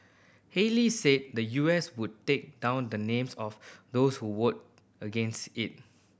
Haley said the U S would take down the names of those who vote against it